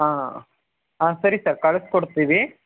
ಹಾಂ ಹಾಂ ಸರಿ ಸರ್ ಕಳ್ಸಿ ಕೊಡ್ತಿವಿ